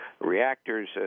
reactors